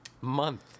month